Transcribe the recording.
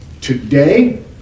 today